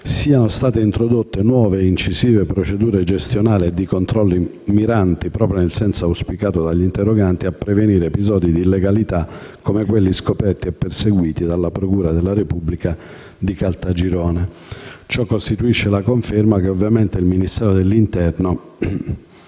siano state introdotte nuove ed incisive procedure gestionali e di controllo miranti, proprio nel senso auspicato dagli interroganti, a prevenire episodi di illegalità come quelli scoperti e perseguiti dalla procura della Repubblica di Caltagirone. Ciò costituisce la conferma che il Ministero dell'interno